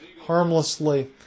harmlessly